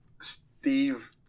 Steve